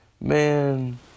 Man